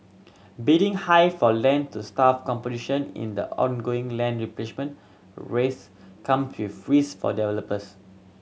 bidding high for land to competition in the ongoing land replenishment race come with risk for developers